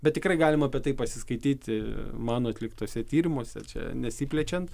bet tikrai galima apie tai pasiskaityti mano atliktuose tyrimuose čia nesiplečian